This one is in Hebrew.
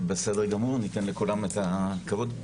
בסדר גמור, ניתן לכולם את הכבוד.